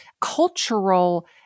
cultural